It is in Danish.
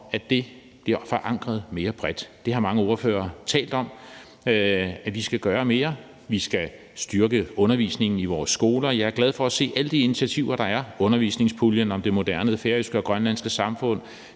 at det bliver forankret mere bredt. Mange ordførere har talt om, at vi skal gøre mere, og at vi skal styrke undervisningen i vores skoler. Jeg er glad for at se alle de initiativer, der er: undervisningspuljen om det moderne færøske og grønlandske samfund,